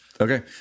Okay